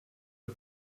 der